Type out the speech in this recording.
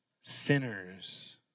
sinners